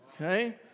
okay